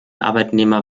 arbeitnehmer